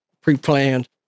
pre-planned